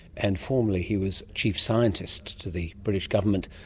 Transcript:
and formally he was chief scientist to the british government,